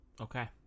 Okay